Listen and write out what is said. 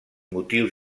motius